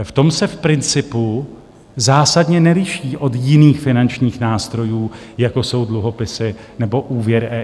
V tom se v principu zásadně neliší od jiných finančních nástrojů, jako jsou dluhopisy nebo úvěr EIB.